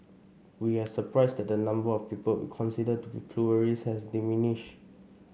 we are surprised that the number of people we consider to be pluralist has diminished